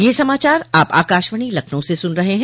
ब्रे क यह समाचार आप आकाशवाणी लखनऊ से सुन रहे हैं